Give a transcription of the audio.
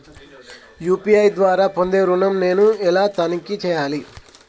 UPI ద్వారా పొందే ఋణం నేను ఎలా తనిఖీ చేయాలి?